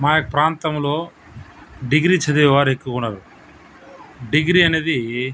మా ప్రాంతంలో డిగ్రీ చదివేవారు ఎక్కువగా ఉన్నారు డిగ్రీ అనేది